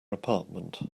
apartment